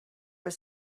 was